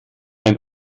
ein